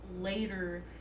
later